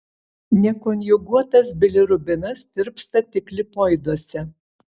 nekonjuguotas bilirubinas tirpsta tik lipoiduose